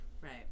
Right